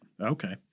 Okay